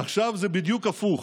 עכשיו זה בדיוק הפוך,